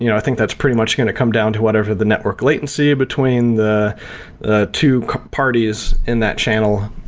you know i think that's pretty much going to come down to whatever the network latency between the the two parties in that channel